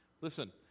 Listen